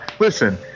Listen